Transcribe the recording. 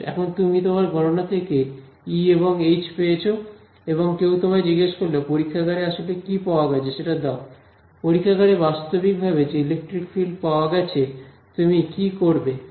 এখন তুমি তোমার গণনা থেকে ই এবং এইচ পেয়েছো এবং কেউ তোমায় জিজ্ঞেস করল পরীক্ষাগারে আসলে কি পাওয়া গেছে সেটা দাও পরীক্ষাগারে বাস্তবিকভাবে যে ইলেকট্রিক ফিল্ড পাওয়া গেছে তুমি কি করবে